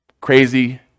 Crazy